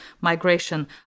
migration